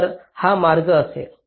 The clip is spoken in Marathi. तर हा मार्ग असेल